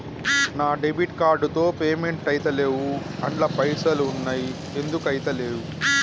నా debit card తో payment ఐతలేవ్ అండ్ల పైసల్ ఉన్నయి ఎందుకు ఐతలేవ్?